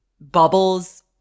bubbles